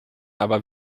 aber